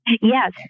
Yes